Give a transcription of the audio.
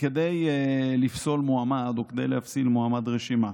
כדי לפסול מועמד או כדי לפסול מועמד לרשימה,